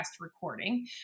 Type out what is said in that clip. recording